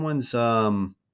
someone's